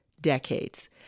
decades